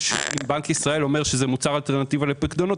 שאם בנק ישראל אומר שזה מוצר אלטרנטיבי לפיקדונות,